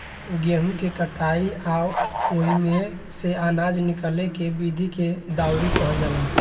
गेहूँ के कटाई आ ओइमे से आनजा निकाले के विधि के दउरी कहल जाला